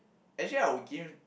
actually I would give